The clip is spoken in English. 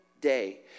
day